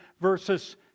versus